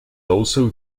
also